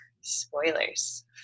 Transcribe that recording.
spoilers